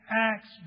Acts